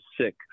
sick